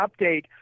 update